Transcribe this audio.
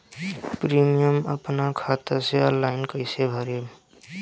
Premium अपना खाता से ऑनलाइन कईसे भरेम?